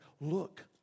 look